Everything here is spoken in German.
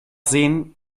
sehen